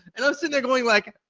and i'm sitting there going like, ah,